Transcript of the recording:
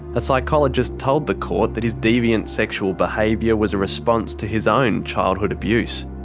a psychologist told the court that his deviant sexual behaviour was a response to his own childhood abuse.